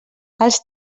els